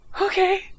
Okay